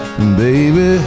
Baby